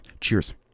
Cheers